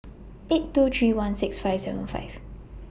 eight two three one six five seven five